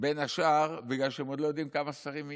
בין השאר בגלל שהם עוד לא יודעים כמה שרים יהיו.